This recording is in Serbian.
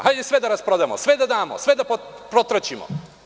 Hajde sve da rasprodamo, sve da damo, sve da protraćimo.